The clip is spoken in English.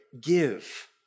give